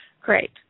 great